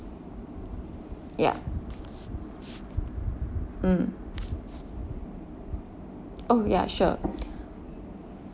ya mm oh ya sure